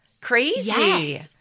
Crazy